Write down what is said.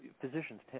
Physicians